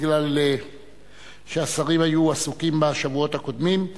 מפני שהשרים היו עסוקים בשבועות הקודמים.